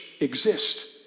exist